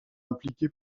impliqué